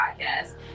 podcast